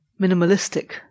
minimalistic